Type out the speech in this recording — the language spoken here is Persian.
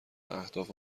اهداف